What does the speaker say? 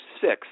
six